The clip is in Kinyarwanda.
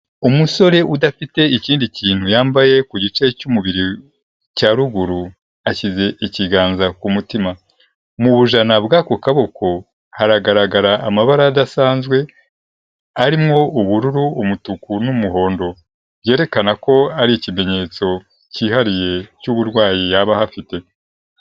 Umusore udafite ikindi kintu yambaye ku gice cy'umubiri cya ruguru ashyize ikiganza ku mutima. Mu bujana bw'ako kaboko haragaragara amabara adasanzwe arimo ubururu umutuku n'umuhondo. Byerekana ko ari ikimenyetso kihariye cy'uburwayi yaba afite.